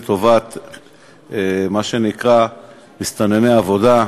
מה שנקרא מסתנני עבודה,